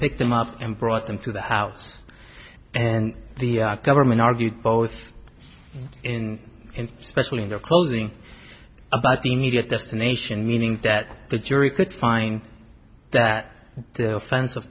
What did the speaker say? picked them up and brought them to the house and the government argued both in and especially in their closing about the immediate destination meaning that the jury could find that offensive